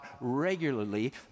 regularly